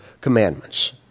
commandments